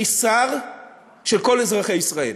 אני שר של כל אזרחי ישראל.